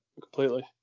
completely